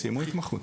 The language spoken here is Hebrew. סיימו התמחות.